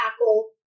tackle